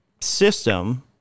system